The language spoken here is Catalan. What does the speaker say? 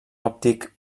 òptic